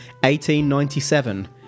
1897